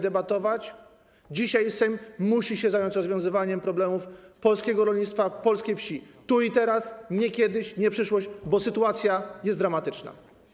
Dzisiaj Sejm musi się zająć rozwiązywaniem problemów polskiego rolnictwa, polskiej wsi, tu i teraz, nie kiedyś, nie w przyszłości, bo sytuacja jest dramatyczna.